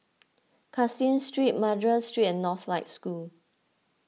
Caseen Street Madras Street and Northlight School